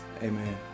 Amen